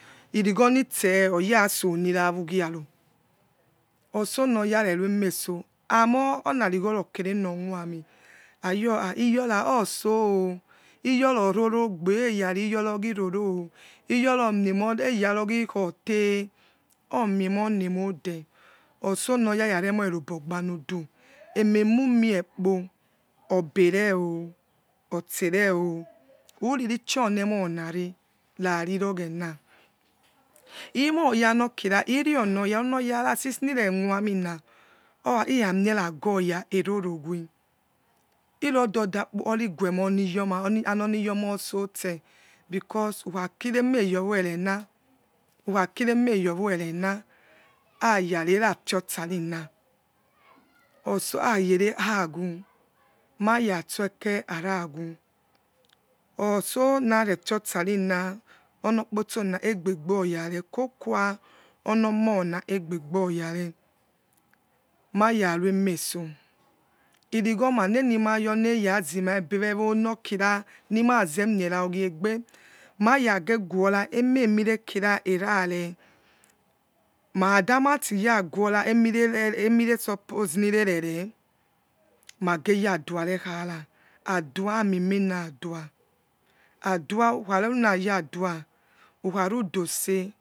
Irighonitse ora sonira whogiaro osonoya rerueness amoniavishors okere nomuami ayoha iyora otso o iyors ororogbe eyariyorcogiro yong omiems eyarogi khote omiemonemode osonoyararemos robogbarnadu ememu miekpo obere o obsere ost uri ishionemonare rarivoghena mo janovaira monoya onoyars since ni begiarenint iramie ragoya erorowe mo dodakpriguennon, yoma anoniyo mah otso stose because ukhakirema eyoworeng wekha kire meyoworeng aya nerafiosari na obou ayere anwo maya stoke arawy otso nevefiosari nai onokporsona egbeboyare pokuwaonomo naegbebojare mayaruentess trigho manenimayonerazimabe wenso newonokirs masemieraggiegbe maya greguora umemarskirgevare mekada marttraguora amiresumepose merere maggeyasua rekhans adria moimene adua adua, ukere, runoyadus ukaa ruto seh orawie.